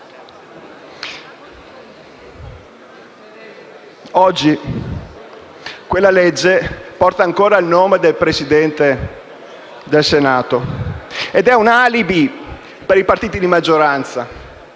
Oggi quella legge porta il nome del presidente del Senato ed è un alibi per i partiti di maggioranza